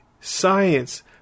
science